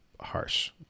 harsh